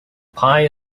pie